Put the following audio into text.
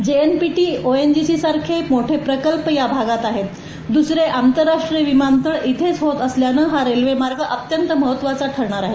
JNPT ओनएजीसीसारखे मोठे प्रकल्प या भागात आहेत दुसरे आंतरराष्ट्रीय विमानतळ येथेच होत असल्यानं हा रेल्वे मार्ग अत्यंत महत्वाचा ठरणार आहे